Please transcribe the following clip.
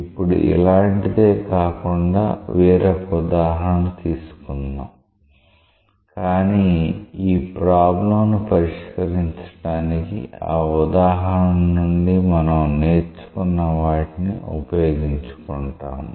ఇప్పుడు ఇలాంటిదే కాకుండా వేరొక ఉదాహరణను తీసుకుందాం కాని ఈ ప్రాబ్లం ను పరిష్కరించడానికి ఆ ఉదాహరణ నుండి మనం నేర్చుకున్న వాటిని ఉపయోగించుకుంటాము